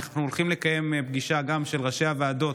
אנחנו גם הולכים לקיים פגישה של ראשי הוועדות,